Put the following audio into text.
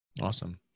Awesome